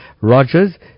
Rogers